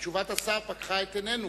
תשובת השר פקחה את עינינו.